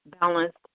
balanced